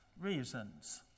reasons